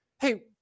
Hey